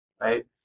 Right